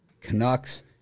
Canucks